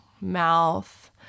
mouth